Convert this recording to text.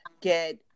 get